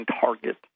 target